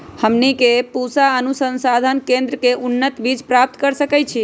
हमनी के पूसा अनुसंधान केंद्र से उन्नत बीज प्राप्त कर सकैछे?